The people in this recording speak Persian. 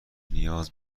نیاز